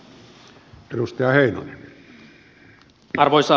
arvoisa puhemies